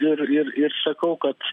ir ir ir sakau kad